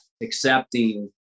accepting